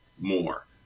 more